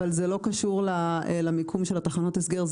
אבל זה לא קשור למיקום של התחנות הסגר,